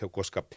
koska